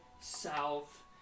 south